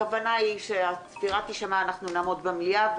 הכוונה היא שכשהצפירה תישמע אנחנו נעמוד במליאה,